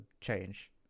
change